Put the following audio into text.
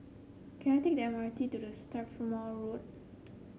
can I take the M R T to the Strathmore Road